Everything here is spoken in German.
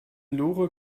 lore